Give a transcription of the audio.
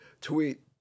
tweet